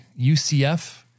UCF